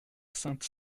sainte